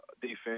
defense